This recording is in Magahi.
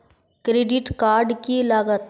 क्रेडिट कार्ड की लागत?